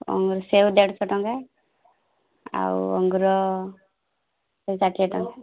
ଅଙ୍ଗୁର ସେଓ ଦେଢଶହ ଟଙ୍କା ଆଉ ଅଙ୍ଗୁର ଶହେ ଷାଠିଏ ଟଙ୍କା